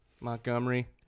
Montgomery